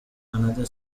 another